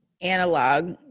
analog